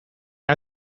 han